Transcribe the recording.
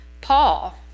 paul